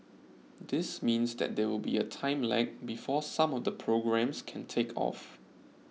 this means that there will be a time lag before some of the programmes can take off